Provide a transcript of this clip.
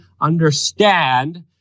understand